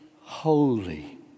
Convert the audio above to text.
holy